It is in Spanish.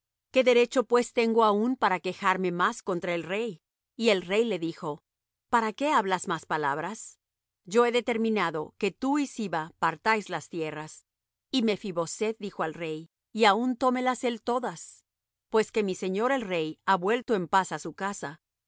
qué derecho pues tengo aún para quejarme más contra el rey y el rey le dijo para qué hablas más palabras yo he determinado que tú y siba partáis las tierras y mephi boseth dijo al rey y aun tómelas él todas pues que mi señor el rey ha vuelto en paz á su casa